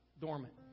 dormant